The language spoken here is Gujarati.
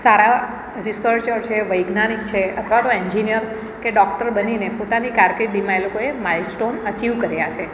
સારા રિસર્ચર છે વૈજ્ઞાનિક છે અથવા તો એન્જિન્યર કે ડૉક્ટર બનીને પોતાની કારકિર્દીમાં એ લોકોએ માઈલસ્ટૉન અચિવ કર્યા છે